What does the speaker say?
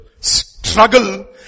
struggle